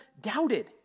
doubted